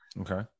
Okay